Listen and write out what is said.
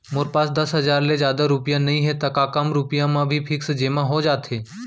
मोर पास दस हजार ले जादा रुपिया नइहे त का कम रुपिया म भी फिक्स जेमा हो जाथे?